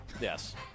Yes